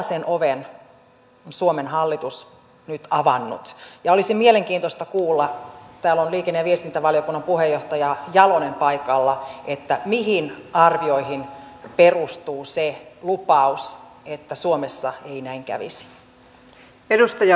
tällaisen oven suomen hallitus on nyt avannut ja olisi mielenkiintoista kuulla täällä on liikenne ja viestintävaliokunnan puheenjohtaja jalonen paikalla mihin arvioihin perustuu se lupaus että suomessa ei näin kävisi